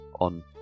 on